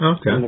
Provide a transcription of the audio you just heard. Okay